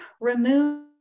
remove